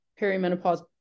perimenopause